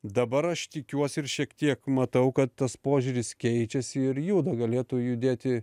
dabar aš tikiuosi ir šiek tiek matau kad tas požiūris keičiasi ir juda galėtų judėti